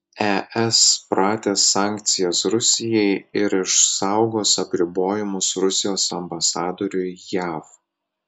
es pratęs sankcijas rusijai ir išsaugos apribojimus rusijos ambasadoriui jav